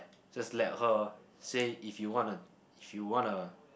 just let her say if you wanna if you wanna